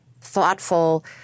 thoughtful